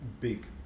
big